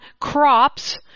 crops